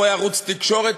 הוא רואה ערוץ תקשורת,